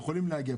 יכולים להגיע.